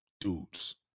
dudes